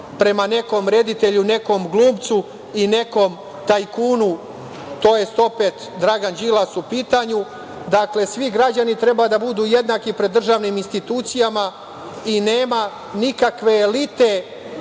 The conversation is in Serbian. prema nekom reditelju, nekom glumcu, i nekom tajkunu? To je opet Dragan Đilas u pitanju. Dakle, svi građani treba da budu jednaki pred državnim institucijama i nema nikakve elite